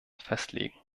festlegen